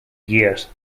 years